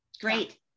great